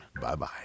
Bye-bye